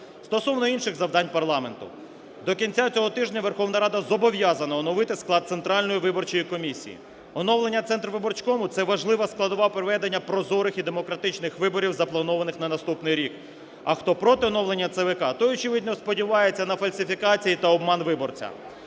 Стосовно інших завдань парламенту. До кінця цього тижня Верховна Рада зобов'язана оновити склад Центральної виборчої комісії. Оновлення Центрвиборчкому – це важлива складова проведення прозорих і демократичних виборів, запланованих на наступний рік. А хто проти оновлення ЦВК, той очевидно, сподівається на фальсифікацію та обман виборця.